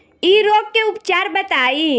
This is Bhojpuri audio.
इ रोग के उपचार बताई?